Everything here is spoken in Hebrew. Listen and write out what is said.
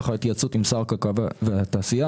לאחר התייעצות עם שר הכלכלה והתעשייה,